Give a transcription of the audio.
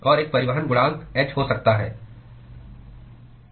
और एक परिवहन गुणांक h हो सकता है